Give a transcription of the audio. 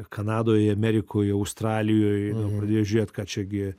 kanadoje amerikoje australijoj pradėjo žiūrėt ką čia gi